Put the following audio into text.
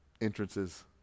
entrances